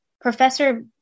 Professor